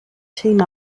team